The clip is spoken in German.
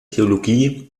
theologie